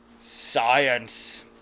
Science